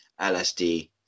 LSD